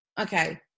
Okay